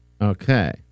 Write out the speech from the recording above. Okay